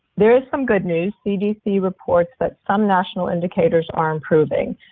there is some good news cdc reports that some national indicators are improving.